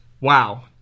Wow